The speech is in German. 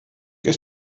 ist